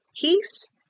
peace